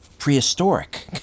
prehistoric